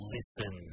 Listen